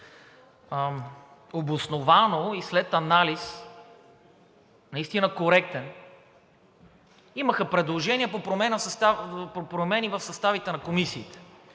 обосновано и след анализ, наистина коректен, имаха предложение по промени в съставите на комисиите.